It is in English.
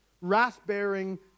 wrath-bearing